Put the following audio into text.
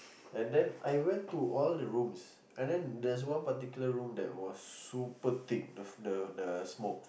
and then I went to all the rooms and then there's one particular room that was super thick the the the smoke